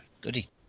goody